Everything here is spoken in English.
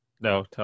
No